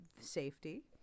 safety